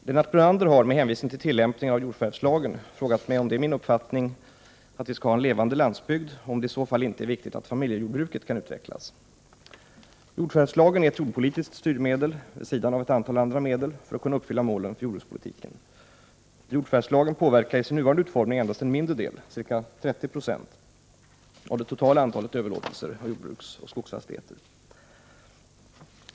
Herr talman! Lennart Brunander har — med hänvisning till tillämpningen av jordförvärvslagen — frågat mig om det är min uppfattning att vi skall ha en levande landsbygd och om det i så fall inte är viktigt att familjejordbruket kan utvecklas. Jordförvärvslagen är ett jordpolitiskt styrmedel, vid sidan av ett antal andra medel, för att man skall kunna uppfylla målen för jordbrukspolitiken. Jordförvärvslagen påverkar i sin nuvarande utformning endast en mindre del, ca 30 26, av det totala antalet överlåtelser av jordbruksoch skogsfastigheter.